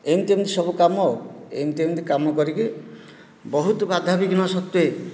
ଏମିତି ଏମିତି ସବୁ କାମ ଏମିତି ଏମିତି କାମ କରିକି ବହୁତ ବାଧା ବିଘ୍ନ ସତ୍ତ୍ୱେ